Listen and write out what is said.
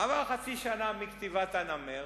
עברה חצי שנה מכתיבת הנמר,